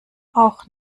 auch